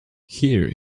here